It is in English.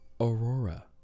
Aurora